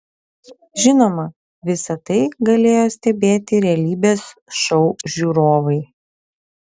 žinoma visa tai galėjo stebėti realybės šou žiūrovai